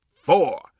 four